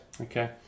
Okay